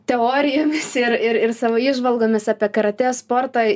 teorijomis ir ir ir savo įžvalgomis apie karatė sportą